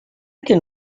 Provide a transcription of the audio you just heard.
can